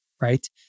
Right